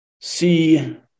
see